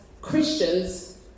Christians